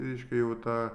reiškia jau tą